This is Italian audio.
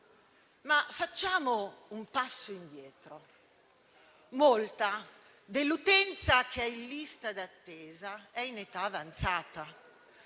Ma facciamo un passo indietro. Molta dell'utenza che è in lista d'attesa è in età avanzata.